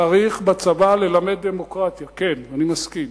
צריך בצבא ללמד דמוקרטיה, כן, אני מסכים.